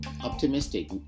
optimistic